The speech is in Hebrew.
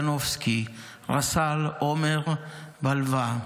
בוגדנובסקי, רס"ל עומר בלווה,